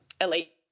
elite